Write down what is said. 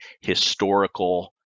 historical